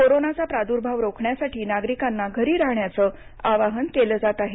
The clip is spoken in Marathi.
कोरोनाचा प्राद्भाव रोखण्यासाठी नागरिकांना घरी राहण्याचं आवाहन केलं जात आहे